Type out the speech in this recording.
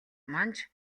манж